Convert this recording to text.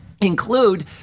include